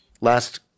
Last